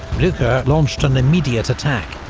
blucher launched an immediate attack,